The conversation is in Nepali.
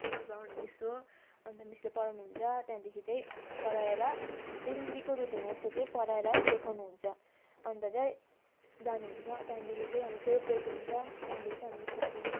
हिस्ट्री पढाउने मिस हो अन्त मिसले पढाउनु हुन्छ त्यहाँदेखि चाहिँ पढाएर डेलीको रुटिन हो उसको चाहिँ पढाएर लेखाउनु हुन्छ अन्त चाहिँ जानु हुन्छ त्यहाँदेखि चाहिँ हाम्रो फेरि ब्रेक हुन्छ त्यहाँदेखि चाहिँ हाम्रो छुट्टी